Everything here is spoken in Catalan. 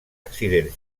accidents